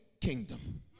kingdom